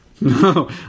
No